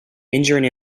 injuring